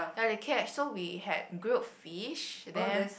ya they catch so we had grilled fish and then